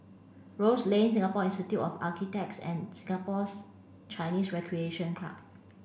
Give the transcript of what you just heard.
Rose Lane Singapore Institute of Architects and Singapores Chinese Recreation Club